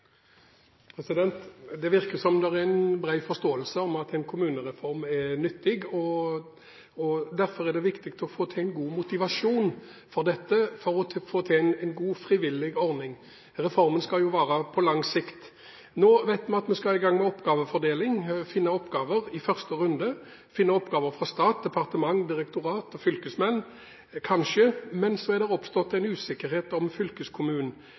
en bred forståelse for at en kommunereform er nyttig. Derfor er det viktig å få til en god motivasjon for dette for å få til en god, frivillig ordning. Reformen skal jo vare på lang sikt. Nå vet vi at vi skal i gang med oppgavefordeling, og i første runde finne oppgaver fra stat, departement, direktorat og fylkesmenn. Men så er det oppstått en usikkerhet om fylkeskommunen,